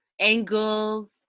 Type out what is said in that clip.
angles